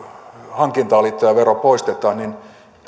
hankintaan liittyvä vero poistetaan niin